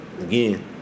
again